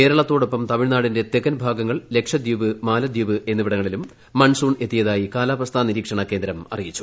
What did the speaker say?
കേരളത്തോടൊപ്പം തമിഴ്നാടിന്റെ തെക്കൻ ഭാഗങ്ങൾ ലക്ഷദ്വീപ് മാലദ്വീപ് എന്നിവിടങ്ങളിലും മൺസൂൺ എത്തിയതായി കാലാവസ്ഥാ നിരീക്ഷണ കേന്ദ്രം അറിയിച്ചു